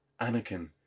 Anakin